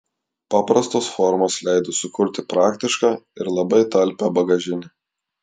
paprastos formos leido sukurti praktišką ir labai talpią bagažinę